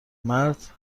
مرد